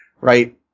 right